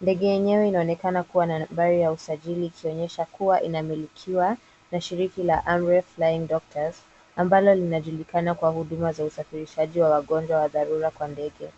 Ndege yenyewe inaonekana kuwa na nambari ya usajili ikionyesha kuwa inamilikiwa na shirika la amref flying doctors, ambalo linajulikana kwa huduma za usafirishaji wa wagonjwa wa dharura kwa ndege.